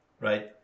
right